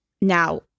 Now